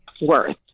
worth